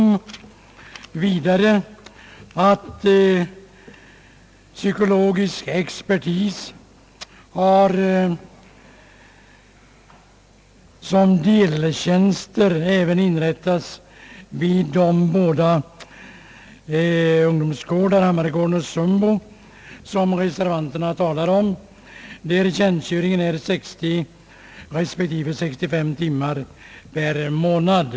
Det har vidare inrättats deltjänster för psykologisk expertis, bl.a. vid de båda ungdomsgårdarna, Hammargården och Sundbo, som reservanterna talar om, med en tjänstgöring på 60 respektive 65 timmar per månad.